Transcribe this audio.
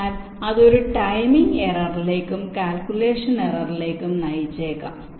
അതിനാൽ അത് ഒരു ടൈമിംഗ് ഏറററിലേക്കും കാൽകുലേഷൻ ഏറററിലേക്കും നയിച്ചേക്കാം